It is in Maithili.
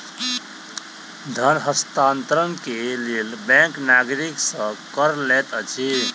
धन हस्तांतरण के लेल बैंक नागरिक सॅ कर लैत अछि